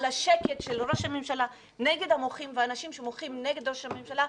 השקט של ראש הממשלה נגד המוחים ואנשים שמוחים נגד ראש הממשלה,